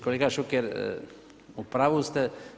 Kolega Šuker, u pravu ste.